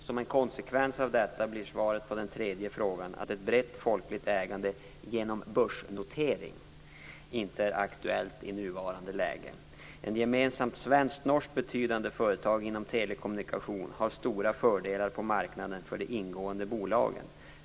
Som en konsekvens av detta blir svaret på den tredje frågan att ett brett folkligt ägande genom börsnotering inte är aktuellt i nuvarande läge. Ett gemensamt svensk-norskt betydande företag inom telekommunikation har stora fördelar på marknaden för de ingående bolagen.